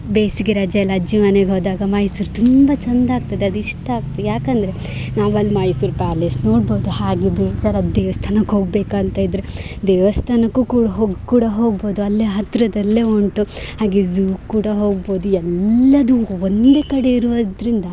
ಬೇಸಿಗೆ ರಜೆಯಲ್ಲಿ ಅಜ್ಜಿ ಮನೆಗೆ ಹೋದಾಗ ಮೈಸೂರು ತುಂಬ ಚಂದ ಆಗ್ತದೆ ಅದು ಇಷ್ಟ ಆಗುತ್ತೆ ಯಾಕಂದರೆ ನಾವಲ್ಲಿ ಮೈಸೂರು ಪ್ಯಾಲೇಸ್ ನೋಡ್ಬೋದು ಹಾಗೆ ಬೇಜರಾದ ದೇವ್ಸ್ಥಾನಕ್ಕೆ ಹೋಗಬೇಕಂತ ಇದ್ದರೆ ದೇವಸ್ಥಾನಕ್ಕೂ ಕೂಡ ಹೊ ಕೂಡ ಹೋಗ್ಬೋದು ಅಲ್ಲೆ ಹತ್ತಿರದಲ್ಲೆ ಉಂಟು ಹಾಗೆ ಝೂ ಕೂಡ ಹೋಗ್ಬೋದು ಎಲ್ಲದೂ ಒಂದೇ ಕಡೆ ಇರುವುದ್ರಿಂದ